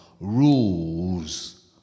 rules